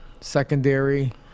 Secondary